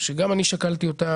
שגם אני שקלתי אותה,